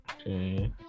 Okay